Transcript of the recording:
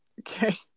Okay